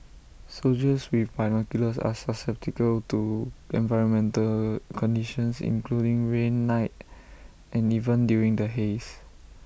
soldiers with binoculars are susceptible to environmental conditions including rain night and even during the haze